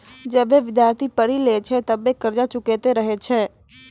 जबे विद्यार्थी पढ़ी लै छै तबे कर्जा चुकैतें रहै छै